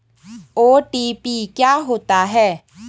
OTP क्या होता है?